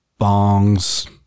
bongs